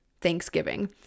Thanksgiving